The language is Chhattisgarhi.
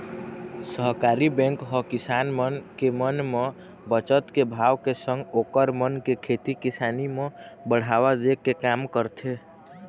सहकारी बेंक ह किसान मन के मन म बचत के भाव के संग ओखर मन के खेती किसानी म बढ़ावा दे के काम करथे